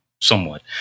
somewhat